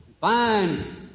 Fine